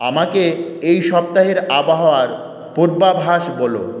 আমাকে এই সপ্তাহের আবহাওয়ার পূর্বাভাস বলো